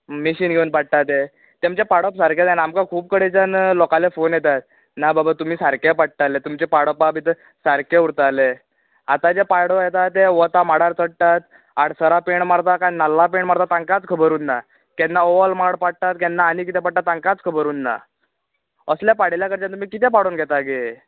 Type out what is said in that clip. machine घेवन पाडटा ते तेमचें पाडप सारकें जायना आमकां खूब कडेनच्यान लोकांचे फोन येता ना बाबा तुमी सारके पाडटाले तुमचे पडोवपा भितर सारके उरताले आतांचे पाडू येता आनी ते वोता माडार चडटा आडसरा पेंड मारता कांय नाल्ला पेंड मारता तांकांच खबर उरना केन्ना ओवर माड पाडटा केन्ना आनी कितें पाडटा तांकां खबर उरना असल्या पाडेल्य कडचान तुमी कितें पाडून घेता गे